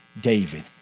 David